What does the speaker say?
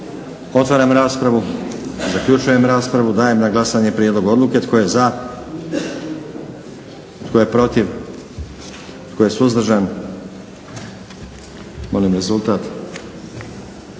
Otvaram raspravu. Zaključujem raspravu. Dajem na glasanje predloženu odluke. Tko je za? Tko je protiv? Tko je suzdržan? Molim rezultat.